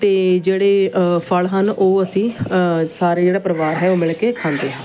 ਅਤੇ ਜਿਹੜੇ ਫਲ ਹਨ ਉਹ ਅਸੀਂ ਸਾਰੇ ਜਿਹੜਾ ਪਰਿਵਾਰ ਹੈ ਉਹ ਮਿਲ ਕੇ ਖਾਂਦੇ ਹਨ